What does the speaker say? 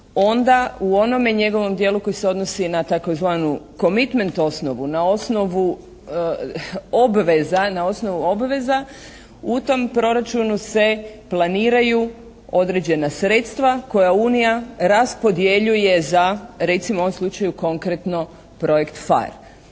onda u onome njegovom dijelu koji se odnosi na tzv. «commitment» osnovu, na osnovu obveza, na osnovu obveza, u tom proračunu se planiraju određena sredstva koja Unija raspodjeljuje za recimo u ovom slučaju konkretno projekt «PHARE».